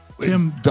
Tim